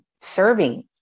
serving